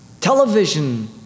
Television